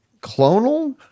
clonal